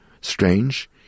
strange